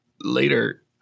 later